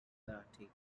marathi